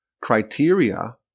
criteria